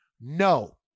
No